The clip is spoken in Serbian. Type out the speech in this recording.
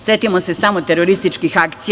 Setimo se samo terorističkih akcija.